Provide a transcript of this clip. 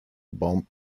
bump